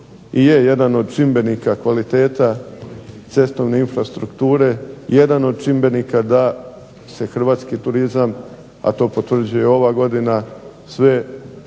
i je jedan od čimbenika kvaliteta cestovne infrastrukture, jedan od čimbenika da se hrvatski turizam, a potvrđuje i ova godina sve